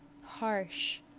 harsh